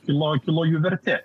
kilo kilo jų vertė